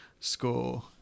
score